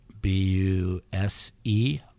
B-U-S-E